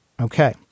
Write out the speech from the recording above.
Okay